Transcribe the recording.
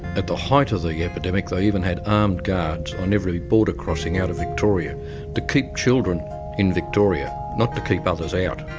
at the height of the yeah epidemic they even had armed guards on every border crossing out of victoria to keep children in victoria, not to keep others out.